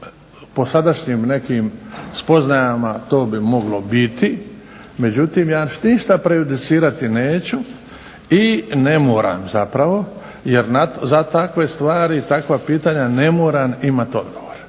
po sadašnjim nekim spoznajama to bi moglo biti, međutim, ja neću ništa prejudicirati i ne moram zapravo jer za takve stvari za takva pitanja ne moram imati odgovor,